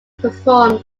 performed